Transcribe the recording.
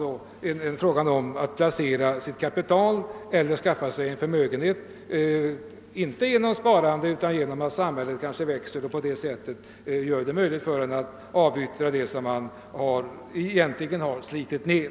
Där gäller det att placera sitt kapital eller att skaffa sig en ökad förmögenhet, inte genom sparande utan därigenom att samhället växer och gör det möjligt för villaägaren att avyttra det hus som han egentligen har slitit ned.